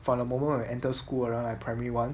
from the moment you enter school around like primary one